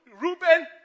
Reuben